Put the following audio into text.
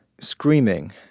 screaming